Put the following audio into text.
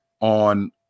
on